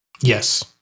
yes